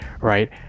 right